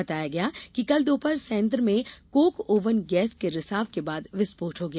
बताया गया कि कल दोपहर संयंत्र में कोक ओवन गैस के रिसाव के बाद विस्फोट हो गया